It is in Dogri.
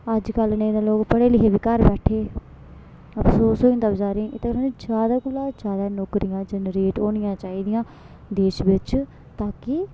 अज्जकल नेईं तां लोक पढ़े लिखे बी घर बैठे अफसोस होई जंदा बचारें गी इत्तै गल्लै नी ज्यादा कोला ज्यादा नौकरियां जनरेट होनियां चाहिदियां देश बिच्च ता कि